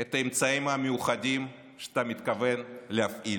את האמצעים המיוחדים שאתה מתכוון להפעיל,